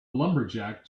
lumberjack